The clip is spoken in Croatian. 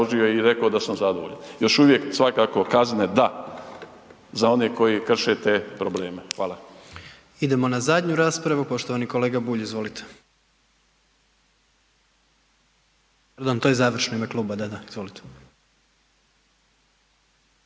Idemo na zadnju raspravu, poštovani kolega Bulj, izvolite. Jel vam to i završno u ime kluba, da, da, izvolite.